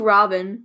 Robin